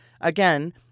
Again